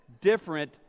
different